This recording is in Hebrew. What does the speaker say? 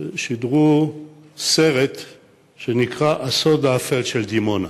סרט שנקרא "הסוד האפל של דימונה".